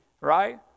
Right